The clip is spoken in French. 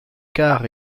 quarts